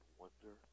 wonder